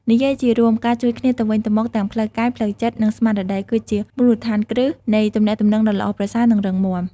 និយាយជារួម ការជួយគ្នាទៅវិញទៅមក ទាំងផ្លូវកាយ ផ្លូវចិត្ត និងស្មារតី គឺជាមូលដ្ឋានគ្រឹះនៃទំនាក់ទំនងដ៏ល្អប្រសើរ និងរឹងមាំ។